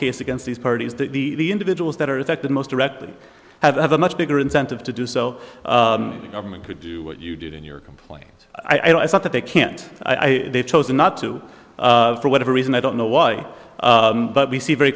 case against these parties the individuals that are affected most directly have ever much bigger incentive to do so government could do what you did in your complaint i thought that they can't they've chosen not to for whatever reason i don't know why but we see very